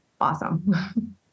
awesome